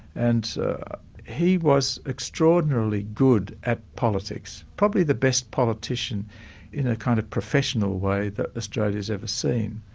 and he was extraordinarily good at politics, probably the best politician in a kind of professional way that australia's ever seen.